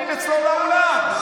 באים אצלו לאולם.